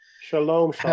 Shalom